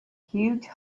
huge